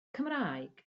cymraeg